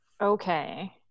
Okay